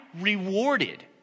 rewarded